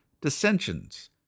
dissensions